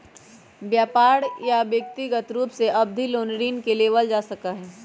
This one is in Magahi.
व्यापार या व्यक्रिगत रूप से अवधि लोन ऋण के लेबल जा सका हई